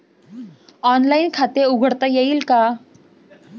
Online खाते उघडता येईल का?